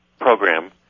program